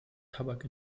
tabak